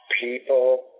People